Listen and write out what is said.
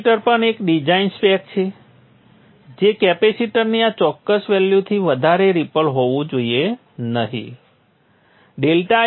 capacitor પણ એક design spec છે જે કેપેસિટરની આ ચોક્કસ વેલ્યુથી વધારે રિપલ હોવું જોઈએ નહીં